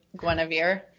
Guinevere